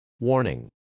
Warning